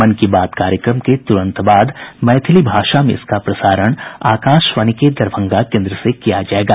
मन की बात कार्यक्रम के तुरंत बाद मैथिली भाषा में इसका प्रसारण आकाशवाणी के दरभंगा केन्द्र से किया जायेगा